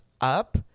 up